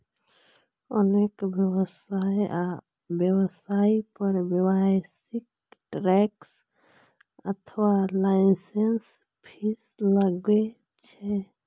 अनेक व्यवसाय आ व्यवसायी पर व्यावसायिक टैक्स अथवा लाइसेंस फीस लागै छै